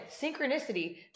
synchronicity